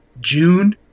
june